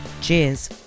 cheers